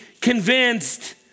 convinced